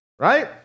right